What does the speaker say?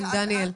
דניאל,